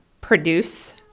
produce